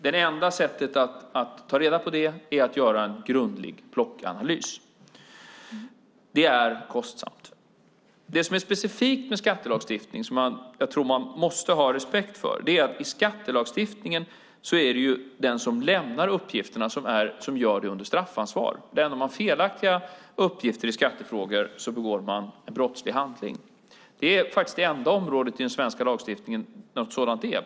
Det enda sättet att ta reda på det är att göra en grundlig plockanalys. Det är kostsamt. Det som är specifikt med skattelagstiftning, som jag tror att man måste ha respekt för, är att den som lämnar uppgifterna gör det under straffansvar. Lämnar man felaktiga uppgifter i skattefrågor begår man en brottslig handling. Det är faktiskt det enda området i den svenska lagstiftningen där det är så.